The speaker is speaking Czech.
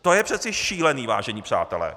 To je přece šílené, vážení přátelé.